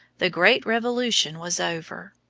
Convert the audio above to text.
the great revolution was over.